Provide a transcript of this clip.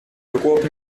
joghurt